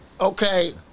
Okay